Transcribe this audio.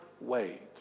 wait